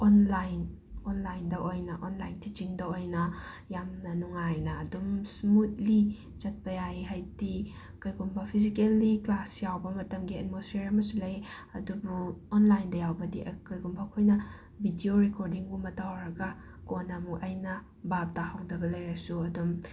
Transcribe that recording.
online ꯑꯣꯟꯂꯥꯏꯟꯗ ꯑꯣꯏꯅ online ꯇꯤꯆꯤꯡꯗ ꯑꯣꯏꯅ ꯌꯥꯝꯅ ꯅꯨꯡꯉꯥꯏꯅ ꯑꯗꯨꯝ ꯁ꯭ꯃꯨꯠꯂꯤ ꯆꯠꯄ ꯌꯥꯏ ꯍꯥꯏꯗꯤ ꯀꯩꯒꯨꯝꯕ ꯐꯤꯖꯤꯀꯦꯜꯂꯤ ꯀ꯭ꯂꯥꯁ ꯌꯥꯎꯕ ꯃꯇꯝꯒꯤ ꯑꯦꯠꯃꯣꯁꯐ꯭ꯌꯔ ꯑꯃꯁꯨ ꯂꯩ ꯑꯗꯨꯕꯨ ꯑꯣꯟꯂꯥꯏꯟꯗ ꯌꯥꯎꯕꯗꯤ ꯑ ꯀꯩꯒꯨꯝꯕ ꯑꯩꯈꯣꯏꯅ ꯕꯤꯗ꯭ꯌꯣ ꯔꯦꯀꯣꯔꯗꯤꯡꯒꯨꯝꯕ ꯇꯧꯔꯒ ꯀꯣꯟꯅ ꯑꯃꯨꯛ ꯑꯩꯅ ꯚꯥꯞ ꯇꯥꯍꯧꯗꯕ ꯂꯩꯔꯁꯨ ꯑꯗꯨꯝ